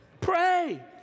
Pray